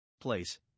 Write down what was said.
place